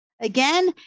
Again